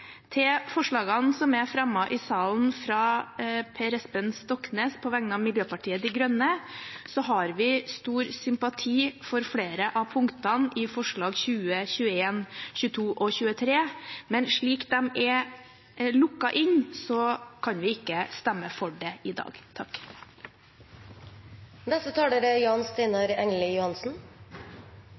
Til forslagene som er fremmet i salen, fra Per Espen Stoknes på vegne av Miljøpartiet De Grønne, har vi stor sympati for flere av punktene i forslagene nr. 20, 21, 22 og 23, men slik de er lukket inne, kan vi ikke stemme for dem i dag.